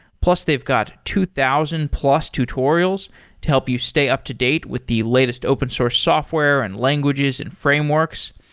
plus they've got two thousand plus tutorials to help you stay up-to-date with the latest open source software and languages and frameworks.